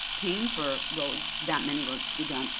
paying for roads, that many roads to be done.